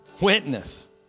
Witness